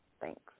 Thanks